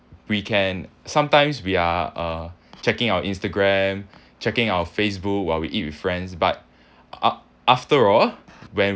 we can sometimes we are uh checking our instagram checking our facebook while we eat with friends but ah~ after all when